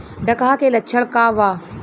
डकहा के लक्षण का वा?